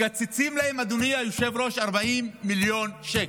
מקצצים להם, אדוני היושב-ראש, 40 מיליון שקל.